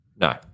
No